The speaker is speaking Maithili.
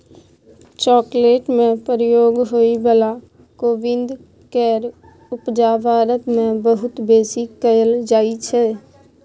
चॉकलेट में प्रयोग होइ बला कोविंद केर उपजा भारत मे बहुत बेसी कएल जाइ छै